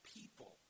people